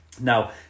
Now